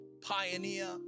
pioneer